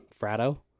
fratto